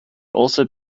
also